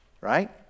right